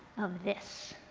of this.